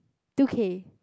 two K